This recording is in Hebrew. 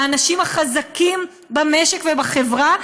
האנשים החזקים במשק ובחברה,